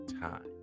time